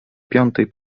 piątej